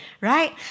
right